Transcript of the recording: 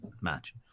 match